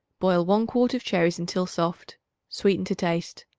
boil one quart of cherries until soft sweeten to taste.